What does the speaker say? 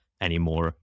anymore